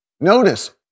Notice